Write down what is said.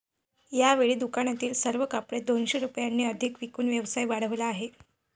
यावेळी दुकानातील सर्व कपडे दोनशे रुपयांनी अधिक विकून व्यवसाय वाढवला आहे